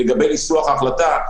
לגבי ניסוח ההחלטה,